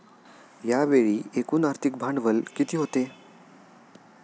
यावेळी एकूण आर्थिक भांडवल किती होते?